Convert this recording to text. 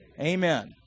Amen